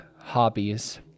hobbies